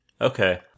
Okay